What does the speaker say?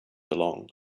along